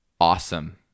awesome